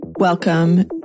Welcome